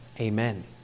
Amen